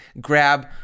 grab